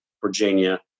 Virginia